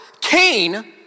Cain